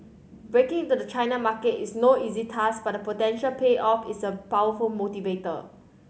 breaking into the China market is no easy task but the potential payoff is a powerful motivator